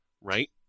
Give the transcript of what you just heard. Right